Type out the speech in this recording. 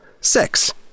Six